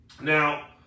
Now